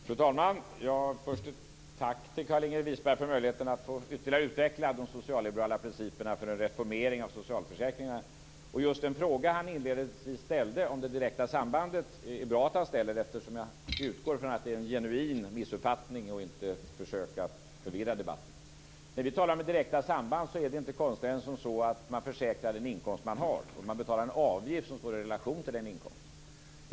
Fru talman! Först ett tack till Carlinge Wisberg för möjligheten att ytterligare utveckla de socialliberala principerna för en reformering av socialförsäkringarna. Det är bra att han ställde den inledande frågan om det direkta sambandet. Jag utgår från att det är en genuin missuppfattning och inte ett försök att förvirra debatten. Direkta samband är inte konstigare än så, att man försäkrar den inkomst man har. Man betalar en avgift som står i relation till inkomsten.